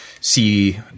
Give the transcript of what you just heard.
see